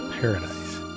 Paradise